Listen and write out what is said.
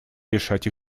решать